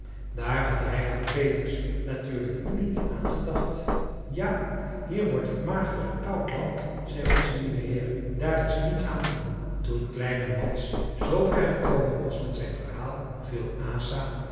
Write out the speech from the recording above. daar had de heilige petrus natuurlijk niet aan gedacht ja hier wordt het mager en koud land zei onze lieve heer daar is niets aan te doen toen kleine mads zoover gekomen was met zijn verhaal viel asa